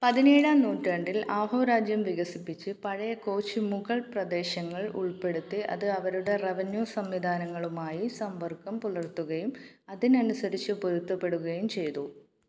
പതിനേഴാം നൂറ്റാണ്ടിൽ ആഹോ രാജ്യം വികസിപ്പിച്ച് പഴയ കോശ് മുഗൾ പ്രദേശങ്ങൾ ഉൾപ്പെടുത്തി അത് അവരുടെ റെവന്യൂ സംവിധാനങ്ങളുമായി സമ്പർക്കം പുലർത്തുകയും അതിനനുസരിച്ച് പൊരുത്തപ്പെടുകയും ചെയ്തു